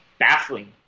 baffling